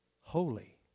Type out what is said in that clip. holy